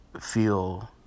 feel